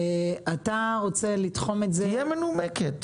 תהיה מנומקת.